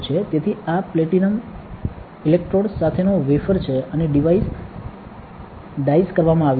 તેથી આ platinum electrodes સાથેનો વેફર છે અને ડિવાઇસ ડાઈસ કરવામાં આવ્યા છે